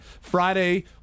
Friday